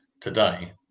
today